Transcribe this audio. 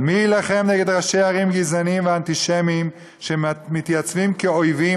אבל מי יילחם בראשי ערים גזענים ואנטישמים שמתייצבים כאויבים